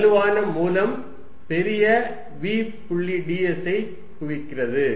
வலுவான மூலம் பெரிய v புள்ளி ds ஐ குறிக்கிறது